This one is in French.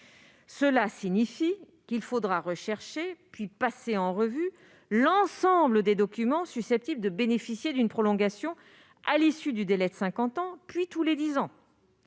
Cela signifie qu'il faudra rechercher, puis passer en revue l'ensemble des documents susceptibles de bénéficier d'une prolongation à l'issue du délai de cinquante ans.